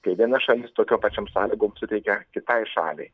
kai viena šalis tokiom pačiom sąlygom suteikia kitai šaliai